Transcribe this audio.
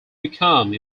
become